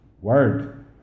word